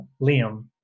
liam